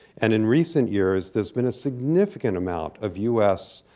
and in recent years there's been a significant amount of u s.